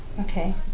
Okay